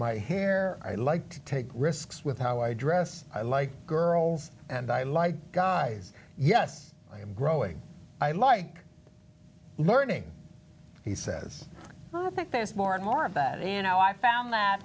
my hair i like to take risks with how i dress i like girls and i like guys yes i am growing i like learning he says i think there's more and more about it and i found that